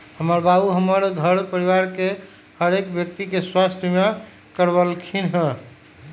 हमर बाबू हमर घर परिवार के हरेक व्यक्ति के स्वास्थ्य बीमा करबलखिन्ह